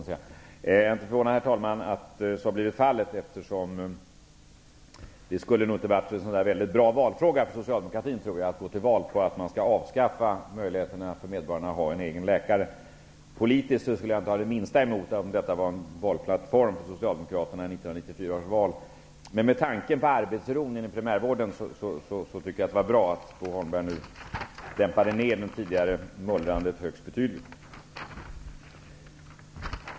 Jag är inte förvånad, herr talman, att så är fallet, eftersom det nog inte hade varit så bra för Socialdemokraterna att gå till val på frågan om ett avskaffande av medborgarnas möjlighet till en egen läkare. Politiskt skulle jag dock inte ha det minsta emot att detta var en valplattform för Socialdemokraterna i 1994 års val. Men med tanke på behovet av arbetsro inom primärvården tycker jag att det är bra att Bo Holmberg nu dämpar ner det tidigare mullrandet högst betydligt.